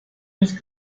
nicht